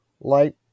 light